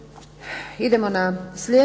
idemo na slijedeću